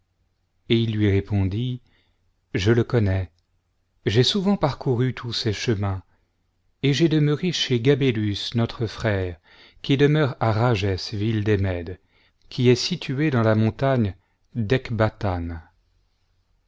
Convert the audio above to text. et il lui répondit je le connais j'ai souvent parcouru tous ces chemins et j'ai demeuré chez gabélus notre frère qui demeure à rages ville des mèdes qui est située dans la montagne d'ecbatane